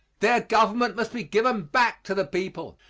their government must be given back to the people.